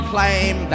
Claim